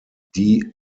die